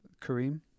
Kareem